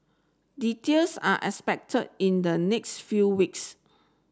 details are expected in the next few weeks